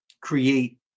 create